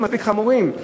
מספיק חמורים.